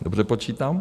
Dobře počítám?